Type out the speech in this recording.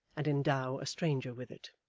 and endow a stranger with it?